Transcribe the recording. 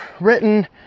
written